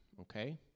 Okay